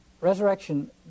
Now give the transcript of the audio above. resurrection